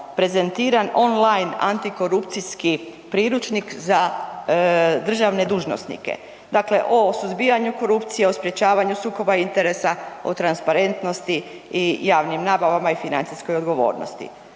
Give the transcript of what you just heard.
prezentiran online antikorupcijski priručnik za državne dužnosnike o suzbijanju korupcije, o sprečavanju sukoba interesa, o transparentnosti i javnim nabavama i financijskoj odgovornosti.